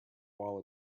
while